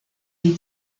des